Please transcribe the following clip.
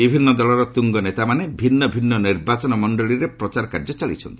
ବିଭିନ୍ନ ଦଳର ତୁଙ୍ଗ ନେତାମାନେ ଭିନ୍ନଭିନ୍ନ ନିର୍ବାଚନ ମଣ୍ଡଳୀରେ ପ୍ରଚାର କାର୍ଯ୍ୟ ଚଳାଇଛନ୍ତି